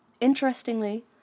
Interestingly